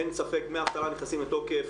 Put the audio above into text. אין ספק, דמי אבטלה נכנסים לתוקף.